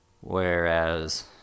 whereas